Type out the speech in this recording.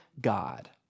God